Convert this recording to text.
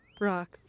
Rock